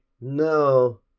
no